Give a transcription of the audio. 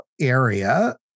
area